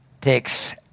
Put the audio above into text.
takes